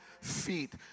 feet